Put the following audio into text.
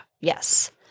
yes